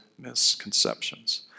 misconceptions